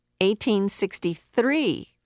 1863